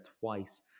twice